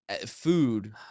food